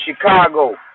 Chicago